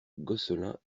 gosselin